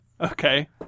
Okay